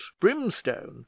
brimstone